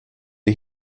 die